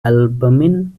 albumin